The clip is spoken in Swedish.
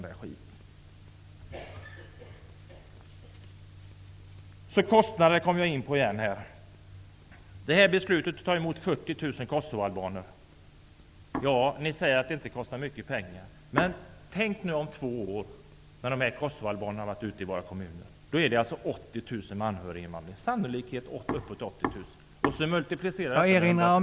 Jag kommer in på kostnaden igen. Ni säger att det inte kostade mycket pengar att ta emot 40 000 kosovoalbaner. Men tänk på hur det är om två år, när kosovoalbanerna har varit ute i våra kommuner! Då är de sannolikt 80 000, med anhöriginvandringen.